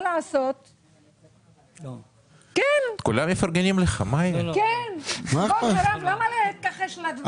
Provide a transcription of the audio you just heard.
כבוד הרב, למה להתכחש לדברים?